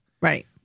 Right